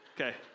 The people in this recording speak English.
Okay